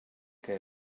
que